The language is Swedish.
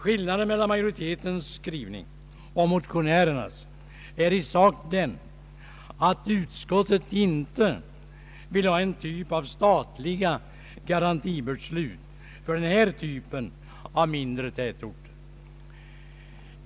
Skillnaden mellan majoritetens skrivning och motionärernas är i sak den att utskottet inte vill ha en typ av statliga garantibeslut för detta slag av mindre tätorter.